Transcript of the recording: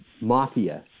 Mafia